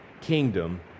kingdom